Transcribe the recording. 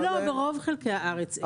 לא, ברוב חלקי הארץ אין.